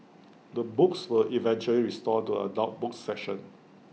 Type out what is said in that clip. the books were eventually restored to adult books section